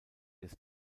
des